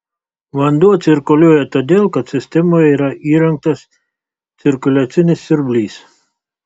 vanduo cirkuliuoja todėl kad sistemoje yra įrengtas cirkuliacinis siurblys